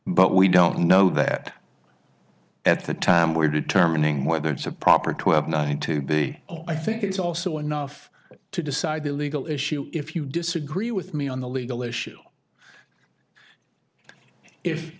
but we don't know that at the time where determining whether it's a proper twelve nine to be i think it's also enough to decide the legal issue if you disagree with me on the legal issue if